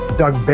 Doug